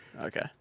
Okay